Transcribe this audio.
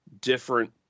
different